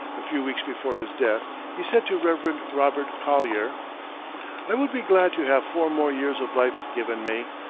a few weeks before his death he said to reverend robert collyer i would be glad to have four more years of life given me,